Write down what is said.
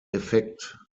effekt